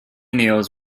nails